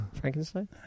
Frankenstein